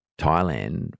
Thailand